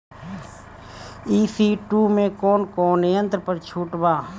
ई.सी two मै कौने कौने यंत्र पर छुट बा?